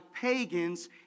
pagans